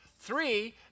three